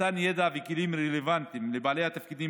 מתן ידע וכלים רלוונטיים לבעלי התפקידים